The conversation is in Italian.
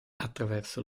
attraverso